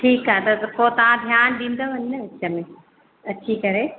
ठीकु आहे त पोइ तव्हां ध्यानु ॾींदवनि विच में अची करे